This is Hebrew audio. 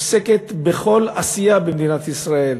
עוסקת בכל עשייה במדינת ישראל,